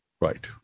Right